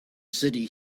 city